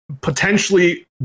potentially